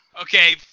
Okay